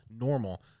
normal